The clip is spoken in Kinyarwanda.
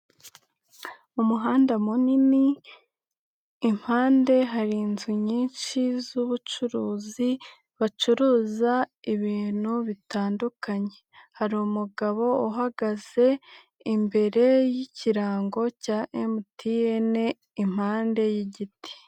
Mu muhanda munini, impande hari inzu nyinshi z'ubucuruzi, bacuruza ibintu bitandukanye, hari umugabo uhagaze imbere y'ikirango cya MTN impande y'igiti.